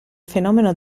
fenomeno